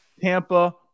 Tampa